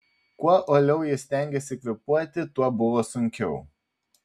kuo uoliau ji stengėsi kvėpuoti tuo buvo sunkiau